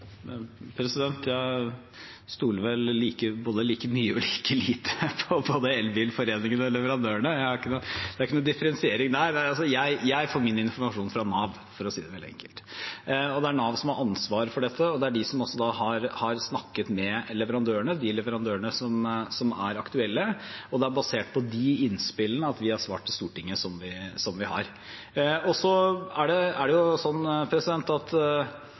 Jeg stoler vel like mye og like lite på både Elbilforeningen og leverandørene. Det er ingen differensiering der. Jeg får min informasjon fra Nav, for å si det veldig enkelt. Det er Nav som har ansvaret for dette. Det er de som har snakket med de leverandørene som er aktuelle, og det er basert på de innspillene at vi har svart Stortinget som vi har. Så er det sånn at alle stortingspartiene er enig i intensjonen og retningen rundt dette. Her er det en utvikling som går rivende raskt, så det er all grunn til å tro at